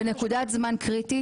אנחנו בנקודת זמן קריטית.